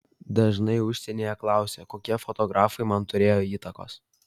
dažnai užsienyje klausia kokie fotografai man turėjo įtakos